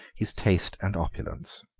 his taste and opulence.